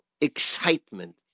excitement